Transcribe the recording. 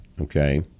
okay